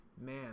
man